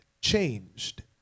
changed